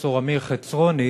פרופסור אמיר חצרוני,